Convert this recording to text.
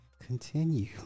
continue